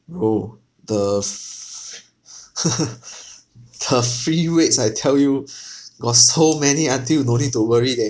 oh the f~ the free weights I tell you got so many until no need to worry that